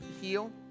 heal